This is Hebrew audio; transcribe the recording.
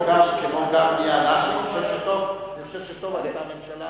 אני חושב שטוב עשתה הממשלה,